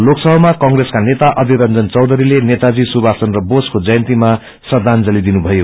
लोकसभामा कंग्रेका नेता अषीर रंजन चौधरीले नेताजी सुभाष चन्द्र बोसको जयन्तीमा श्रदाजंली दिनुभयो